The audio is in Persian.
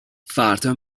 فردا